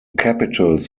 capitals